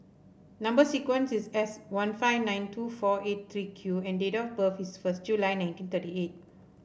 number sequence is S one five nine two four eight three Q and date of birth is first July nineteen thirty eight